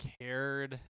cared